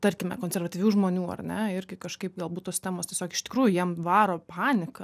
tarkime konservatyvių žmonių ar ne irgi kažkaip galbūt tos temos tiesiog iš tikrųjų jiems varo paniką